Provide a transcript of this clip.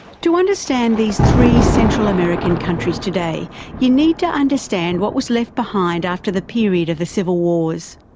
to understand these three central american countries today you need to understand what was left behind after the period of the civil wars.